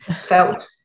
felt